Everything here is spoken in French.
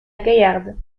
gaillarde